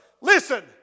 Listen